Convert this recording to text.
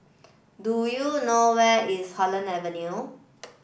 do you know where is Holland Avenue